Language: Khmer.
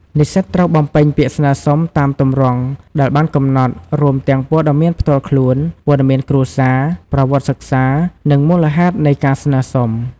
និស្សិតត្រូវបំពេញពាក្យស្នើសុំតាមទម្រង់ដែលបានកំណត់ រួមទាំងព័ត៌មានផ្ទាល់ខ្លួន ព័ត៌មានគ្រួសារ ប្រវត្តិសិក្សា និងមូលហេតុនៃការស្នើសុំ។